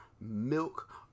milk